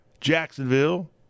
Jacksonville